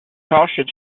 caution